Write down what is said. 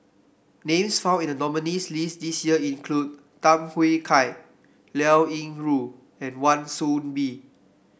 names found in the nominees' list this year include Tham Yui Kai Liao Yingru and Wan Soon Bee